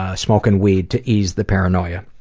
ah smoking weed to ease the paranoia,